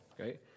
Okay